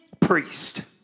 priest